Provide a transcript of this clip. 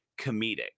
comedic